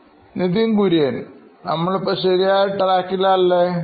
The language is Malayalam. Nithin Kurian COO Knoin Electronics നമ്മളിപ്പോൾ ശരിയായ ട്രാക്കിൽ അല്ലെ